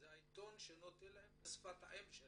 זה העיתון שנותן להם בשפת האם.